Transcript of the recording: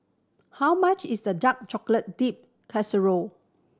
how much is the dark chocolate dipped